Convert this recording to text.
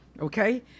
okay